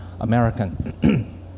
American